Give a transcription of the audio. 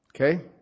Okay